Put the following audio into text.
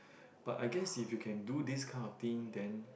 but I guess if you can do this kind of thing then